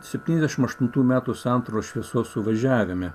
septyniasdešimt aštuntų metų santaros šviesos suvažiavime